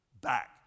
back